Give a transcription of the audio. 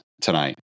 tonight